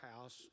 house